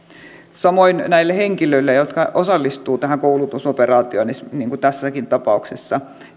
samoin näille henkilöille jotka osallistuvat tähän koulutusoperaatioon niin kuin tässäkin tapauksessa